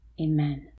Amen